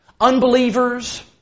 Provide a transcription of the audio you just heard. unbelievers